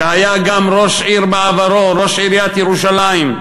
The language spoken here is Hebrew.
שהיה גם ראש עיר בעברו, ראש עיריית ירושלים,